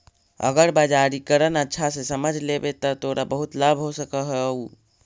अगर बाजारीकरण अच्छा से समझ लेवे त तोरा बहुत लाभ हो सकऽ हउ